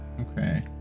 Okay